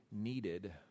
needed